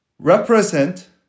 Represent